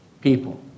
people